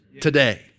Today